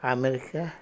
America